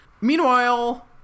Meanwhile